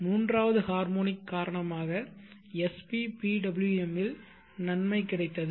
மூன்றாவது ஹார்மோனிக் காரணமாக SPPWM இல் நன்மை கிடைத்தது